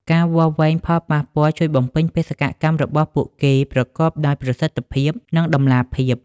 ការវាស់វែងផលប៉ះពាល់ជួយបំពេញបេសកកម្មរបស់ពួកគេប្រកបដោយប្រសិទ្ធភាព និងតម្លាភាព។